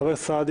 חבר הכנסת סעדי